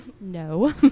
no